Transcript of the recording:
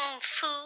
Food